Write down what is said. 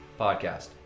Podcast